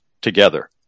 together